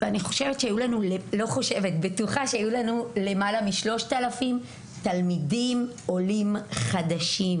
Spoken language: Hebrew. והיו לנו למעלה מ-3,000 תלמידים עולים חדשים,